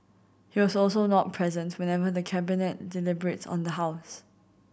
he was also not present whenever the Cabinet deliberates on the house